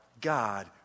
God